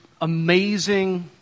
amazing